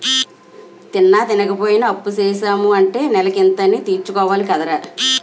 తిన్నా, తినపోయినా అప్పుసేసాము అంటే నెలకింత అనీ తీర్చుకోవాలి కదరా